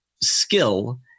skill